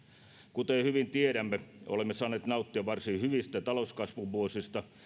kuten hyvin tiedämme olemme saaneet nauttia varsin hyvistä talouskasvun vuosista